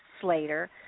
Slater